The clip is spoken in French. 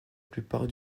plupart